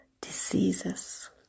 diseases